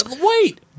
Wait